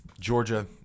Georgia